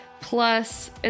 plus